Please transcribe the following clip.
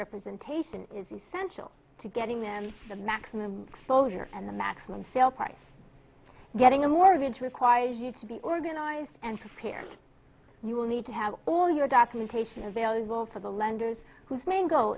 representation is essential to getting them the maximum exposure and the maximum sale price getting a mortgage requires you to be organized and prepared you will need to have all your documentation available for the lenders whose main goal